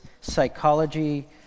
psychology